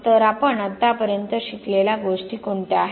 तर आपण आतापर्यंत शिकलेल्या गोष्टी कोणत्या आहेत